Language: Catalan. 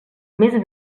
més